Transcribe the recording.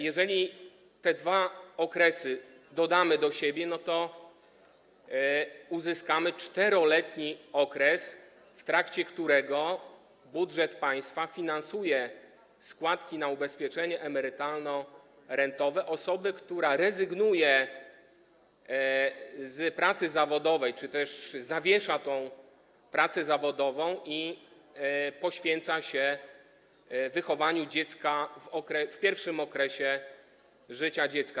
Jeżeli te dwa okresy dodamy do siebie, to uzyskamy 4-letni okres, w trakcie którego budżet państwa finansuje składki na ubezpieczenie emerytalno-rentowe osoby, która rezygnuje z pracy zawodowej czy też zawiesza pracę zawodową i poświęca się wychowaniu dziecka w pierwszym okresie życia dziecka.